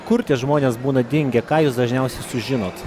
kur tie žmonės būna dingę ką jūs dažniausiai sužinot